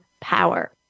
power